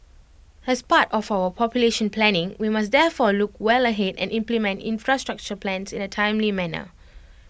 as part of our population planning we must therefore look well ahead and implement infrastructure plans in A timely manner